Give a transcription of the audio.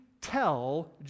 tell